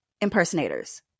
impersonators